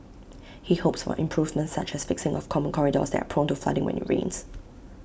he hopes for improvements such as the fixing of common corridors that are prone to flooding when IT rains